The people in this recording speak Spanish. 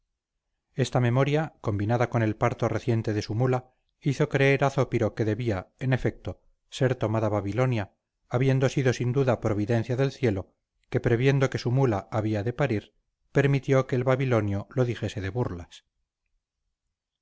esta memoria combinada con el parto reciente de su mula hizo creer a zópiro que debía en efecto ser tomada babilonia habiendo sido sin duda providencia del cielo que previendo que su mula había de parir permitió que el babilonio lo dijese de burlas